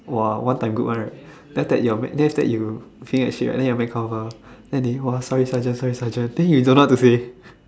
!wah! one time good one right then after your after you clean that shit right then you man come over then they !wah! sorry sergeant sorry sergeant then you don't know what to say